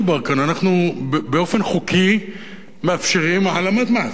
אנחנו באופן חוקי מאפשרים העלמת מס, כאילו.